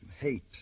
hate